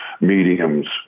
mediums